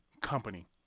Company